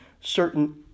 certain